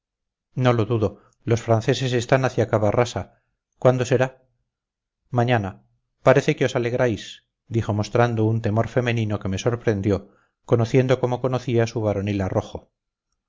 no lo dudo los franceses están hacia cavarrasa cuándo será mañana parece que os alegráis dijo mostrando un temor femenino que me sorprendió conociendo como conocía su varonil arrojo